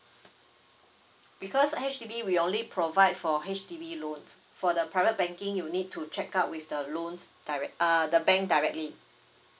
because H_D_B we only provide for H_D_B loan for the private banking you need to check out with the loans direct uh the bank directly